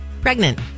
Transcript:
pregnant